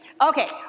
Okay